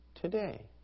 today